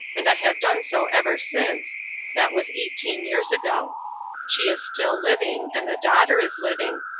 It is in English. and i have done so ever since that was eighteen years ago she is still living, and the daughter is living.